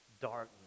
darkness